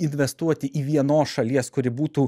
investuoti į vienos šalies kuri būtų